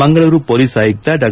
Mangaluru police ಆಯುಕ್ತ ಡಾ